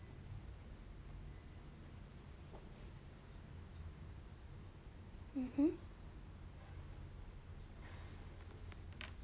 mmhmm